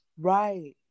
right